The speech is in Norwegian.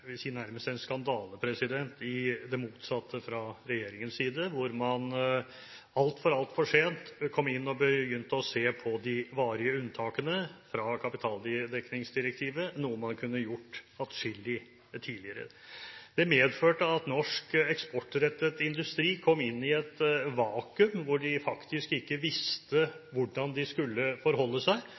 nærmest en skandale i det motsatte fra regjeringens side, hvor man altfor, altfor sent kom inn og begynte å se på de varige unntakene fra kapitaldekningsdirektivet, noe man kunne gjort atskillig tidligere. Det medførte at norsk eksportrettet industri kom inn i et vakuum hvor de faktisk ikke visste hvordan de skulle forholde seg.